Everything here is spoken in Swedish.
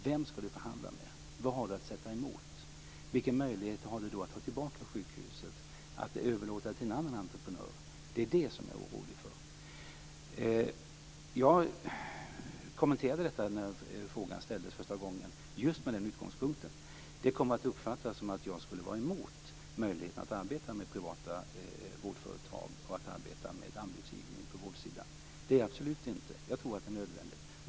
Vem skall du förhandla med? Vad har du att sätta emot? Vilken möjlighet har du att få tillbaka sjukhuset att överlåta till en annan entreprenör? Det är det jag är orolig för. När frågan ställdes första gången till mig kommenterade jag den just med denna utgångspunkt. Det kom att uppfattas som att jag skulle vara emot möjligheten att arbeta med privata vårdföretag och att arbeta med anbudsgivning på vårdsidan. Det är jag absolut inte. Jag tror att det är nödvändigt.